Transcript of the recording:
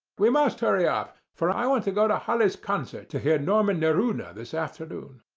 we must hurry up, for i want to go to halle's concert to hear norman neruda this afternoon.